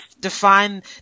define